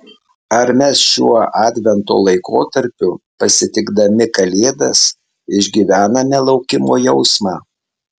ar mes šiuo advento laikotarpiu pasitikdami kalėdas išgyvename laukimo jausmą